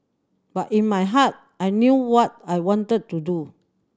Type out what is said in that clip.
but in my heart I knew what I wanted to do